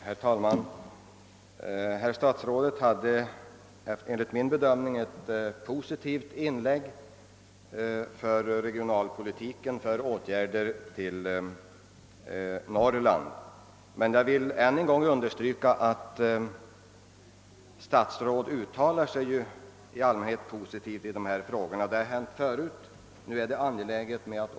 Herr talman! Herr statsrådet gjorde enligt min bedömning ett positivt inlägg för regionalpolitiken och åtgärder för Norrland. Jag vill understryka att statsråd i allmänhet uttalar sig positivt i dessa frågor — det har hänt många gånger förut.